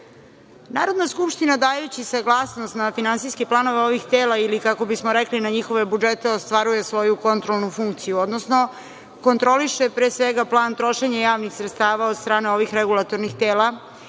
Srbije. Narodna skupština, dajući saglasnost na finansijske planove ovih tela ili, kako bismo rekli, na njihove budžete, ostvaruje svoju kontrolnu funkciju, odnosno kontroliše, pre svega, plan trošenja javnih sredstava od strane ovih regulatornih tela